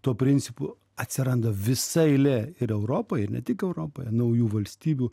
tuo principu atsiranda visa eilė ir europoj ir ne tik europoje naujų valstybių